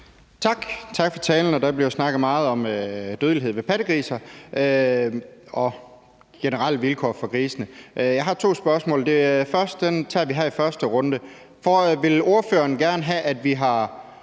tak for talen. Der bliver snakket meget om dødelighed blandt pattegrise og de generelle vilkår for grisene. Jeg har to spørgsmål. Det første tager vi her i første runde: Vil ordføreren gerne have, at vi har